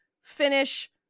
finish